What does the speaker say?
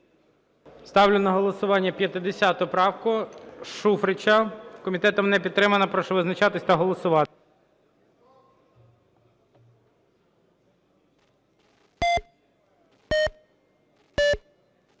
Ставлю на голосування 50 правку Шуфрича. Комітетом не підтримана. Прошу визначатись та голосувати.